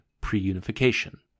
pre-unification